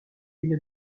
une